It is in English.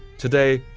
today,